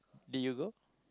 did you go